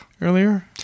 earlier